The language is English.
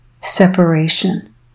separation